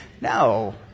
No